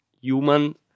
human